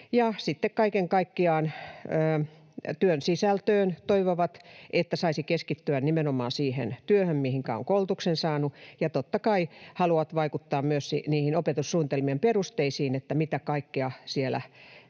kaiken kaikkiaan työn sisältöön liittyen toivovat, että saisi keskittyä nimenomaan siihen työhön, mihinkä on koulutuksen saanut, ja totta kai haluavat vaikuttaa myös niihin opetussuunnitelmien perusteisiin, että mitä kaikkea siellä